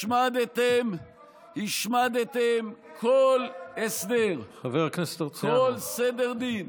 השמדתם כל הסדר, כל סדר דין,